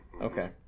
Okay